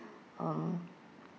uh